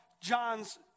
John's